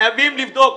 חייבים לבדוק.